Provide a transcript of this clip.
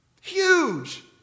Huge